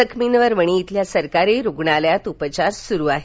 जखमींवर वणी इथल्या सरकारी रुग्णालयात उपचार सुरू आहे